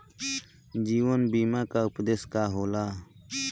जीवन बीमा का उदेस्य का होला?